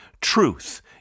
truth